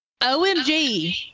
omg